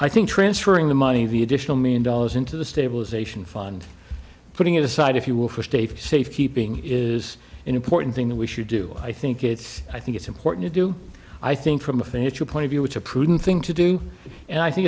i think transferring the money the additional million dollars into the stabilization fund putting it aside if you will for stay for see if keeping is an important thing that we should do i think it's i think it's important to do i think from a financial point of view which a prudent thing to do and i think